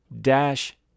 dash